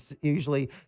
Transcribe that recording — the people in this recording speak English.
usually